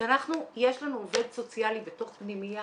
כשיש לנו עובד סוציאלי בתוך פנימייה,